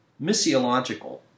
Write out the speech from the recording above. missiological